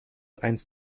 eins